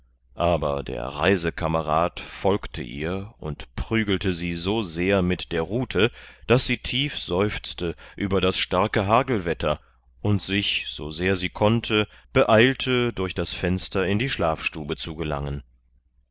aber der reisekamerad folgte ihr und prügelte sie so sehr mit der rute daß sie tief seufzte über das starke hagelwetter und sich so sehr sie konnte beeilte durch das fenster in die schlafstube zu gelangen